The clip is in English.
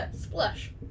Splash